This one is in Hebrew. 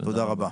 תודה רבה.